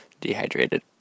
dehydrated